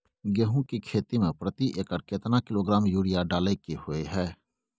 गेहूं के खेती में प्रति एकर केतना किलोग्राम यूरिया डालय के होय हय?